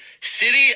City